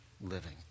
living